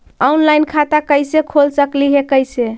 Online खाता कैसे खोल सकली हे कैसे?